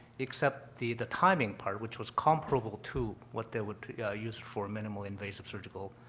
except the the timing part which was comparable to what they would use for minimally invasive surgical